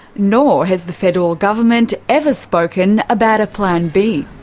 nor has the federal government ever spoken about a plan b.